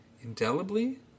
Indelibly